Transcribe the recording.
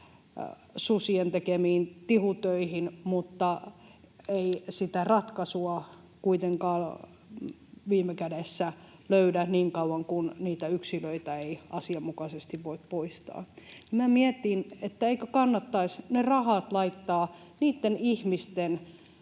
susien tekemiin tihutöihin mutta ei sitä ratkaisua kuitenkaan viime kädessä löydä niin kauan kuin niitä yksilöitä ei asianmukaisesti voi poistaa, niin minä mietin, eikö kannattaisi ne rahat laittaa susien poistamisen